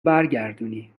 برگردونی